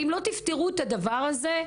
אם לא תפתרו את הדבר הזה,